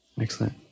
Excellent